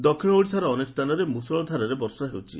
ଦକ୍ଷିଣ ଓଡ଼ିଶାର ଅନେକ ସ୍ଥାନରେ ମୃଷଳ ଧାରାରେ ବର୍ଷା ହେଉଛି